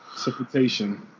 Precipitation